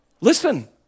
Listen